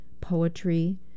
poetry